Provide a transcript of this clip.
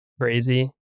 crazy